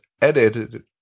edited